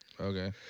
Okay